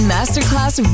Masterclass